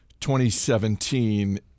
2017